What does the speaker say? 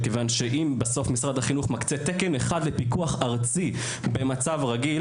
מכיוון שאם בסוף משרד החינוך מקצה תקן אחד לפיקוח ארצי במצב רגיל